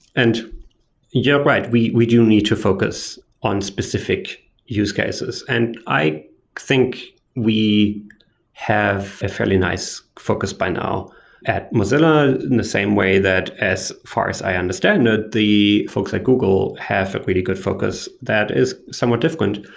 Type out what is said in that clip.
and you're right. we we do need to focus on specific use cases. and i think we have a fairly nice focus by now at mozilla in the same way that as far as i understand it, the folks at google have a really good focus that is somewhat different.